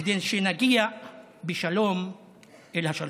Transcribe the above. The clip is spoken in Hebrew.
כדי שנגיע בשלום אל השלום.